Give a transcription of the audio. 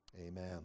amen